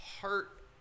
heart